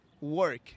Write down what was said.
work